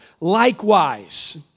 Likewise